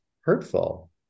hurtful